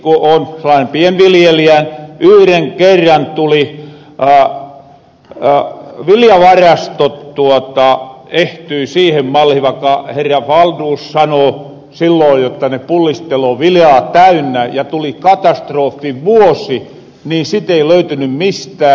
muistuu vain mielehen ittekki ku oon sellaanen pienviljelijä että yhren kerran viljavarastot ehtyi siihen mallihin vaikka herra wahlroos sano sillon jotta ne pullisteloo viljaa täynnä että tuli katastrofivuosi ja sitä ei löytyny mistään